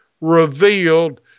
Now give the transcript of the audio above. revealed